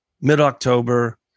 mid-October